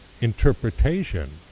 interpretation